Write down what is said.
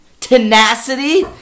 tenacity